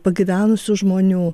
pagyvenusių žmonių